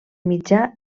mitjà